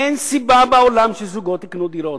אין סיבה בעולם שזוגות יקנו דירות.